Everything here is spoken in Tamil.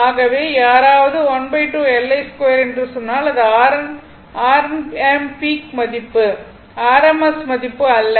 ஆகவே யாராவது ½ L I2 என்று சொன்னால் அது Rm பீக் மதிப்பு rms மதிப்பு அல்ல